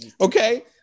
okay